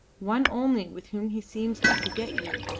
one only with whom he seems to forget you,